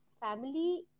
family